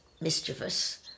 mischievous